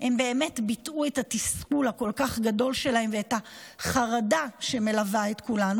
ביטאו את התסכול הכל-כך גדול שלהם ואת החרדה שמלווה את כולנו.